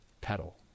Pedal